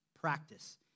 Practice